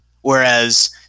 Whereas